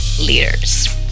leaders